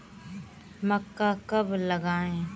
मक्का कब लगाएँ?